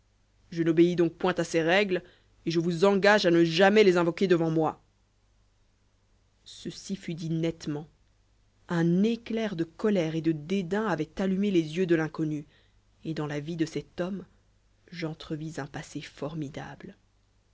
je n'obéis donc point à ses règles et je vous engage à ne jamais les invoquer devant moi ceci fut dit nettement un éclair de colère et de dédain avait allumé les yeux de l'inconnu et dans la vie de cet homme j'entrevis un passé formidable